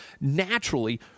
naturally